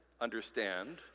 understand